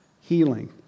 healing